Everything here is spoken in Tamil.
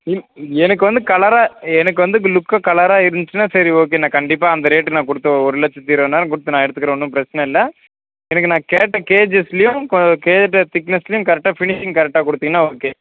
எனக்கு வந்து கலராக எனக்கு வந்து லுக்காக கலராக இருந்துச்சுன்னா சரி ஓகே நான் கண்டிப்பாக அந்த ரேட்டு நான் கொடுத்து ஒரு லட்சத்தி இருபதனாயிரம் கொடுத்து நான் எடுத்துக்கிறேன் ஒன்றும் பிரச்சனை இல்லை எனக்கு நான் கேட்ட கேஜஸ்லேயும் கொ கேட்ட திக்னஸ்லேயும் கரெக்டாக ஃபினிஷிங் கரெட்டா கொடுத்தீங்கன்னா ஓகே